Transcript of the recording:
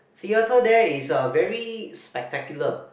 theatre there is uh very spectacular